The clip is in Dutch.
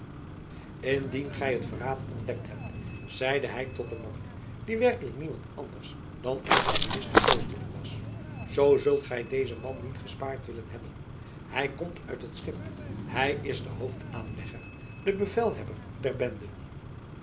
indien gij het verraad ontdekt hebt zeide hij tot den monnik die werkelijk niemand anders dan onze vermiste kloosterling was zoo zult gij dezen man niet gespaard willen hebben hij komt uit het schip hij is de hoofdaanlegger de bevelhebber der bende